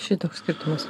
šitoks skirtumas